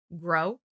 grow